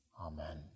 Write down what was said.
Amen